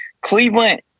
Cleveland